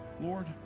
Lord